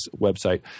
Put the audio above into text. website